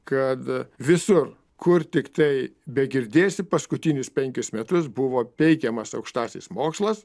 kad visur kur tiktai begirdėsi paskutinius penkis metus buvo peikiamas aukštasis mokslas